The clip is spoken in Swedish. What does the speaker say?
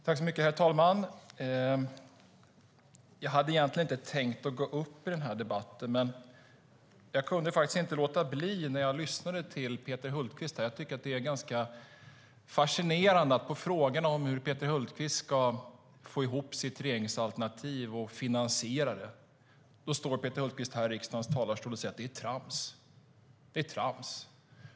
Herr talman! Jag hade egentligen inte tänkt gå upp i den här debatten, men jag kunde inte låta bli när jag lyssnade till Peter Hultqvist. Jag tycker att det är ganska fascinerande att Peter Hultqvist som svar på frågan om hur Peter Hultqvist ska få ihop sitt regeringsalternativ och finansiera det står här i riksdagens talarstol och säger att det är trams.